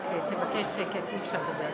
רק תבקש שקט, אי-אפשר לדבר ככה.